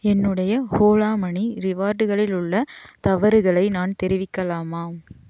என்னுடைய ஓலா மனி ரிவார்டுகளில் உள்ள தவறுகளை நான் தெரிவிக்கலாமா